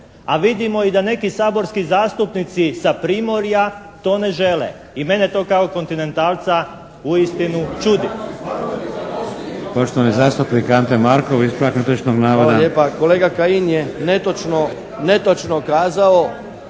a vidimo i da neki saborski zastupnici sa primorja to ne žele i mene to kao kontinentalca uistinu čudi.